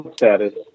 status